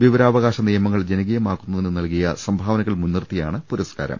വിവരാവകാശ നിയമങ്ങൾ ജനകീയമാക്കു ന്നതിന് നൽകിയ സംഭാവനകൾ മുൻനിർത്തിയാണ് പുരസ്കാരം